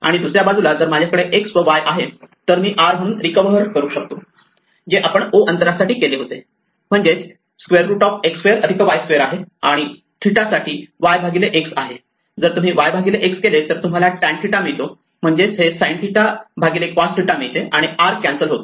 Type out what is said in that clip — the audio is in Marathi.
आणि दुसऱ्या बाजूला जर माझ्याकडे x व y आहे तर मी r म्हणून रिकव्हर करू शकतो जे आपण O अंतरासाठी केले होते म्हणजेच √x2 y2 आहे आणि 𝜭 साठी y x आहे जर तुम्ही y x केले तर तुम्हाला tan 𝜭 मिळतो म्हणजेच हे sin 𝜭 cos 𝜭 मिळते आणि r कॅन्सल होतो